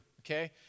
okay